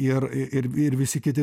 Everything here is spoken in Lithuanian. ir ir ir visi kiti